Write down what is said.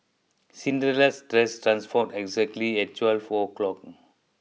Cinderella's dress transformed exactly at twelve o'clock